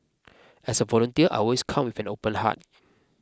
as volunteer I always come with an open heart